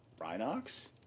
Rhinox